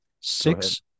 Six